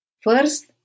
First